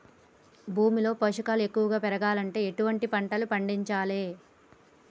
భూమిలో పోషకాలు ఎక్కువగా పెరగాలంటే ఎటువంటి పంటలు పండించాలే?